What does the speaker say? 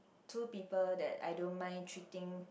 two people that I don't mind treating